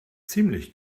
ziemlich